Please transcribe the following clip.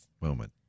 Moment